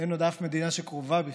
אין עוד אף מדינה שקרובה בכלל,